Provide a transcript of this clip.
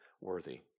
worthy